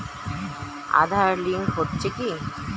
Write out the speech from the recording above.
Aadhaar link হচ্ছে কি?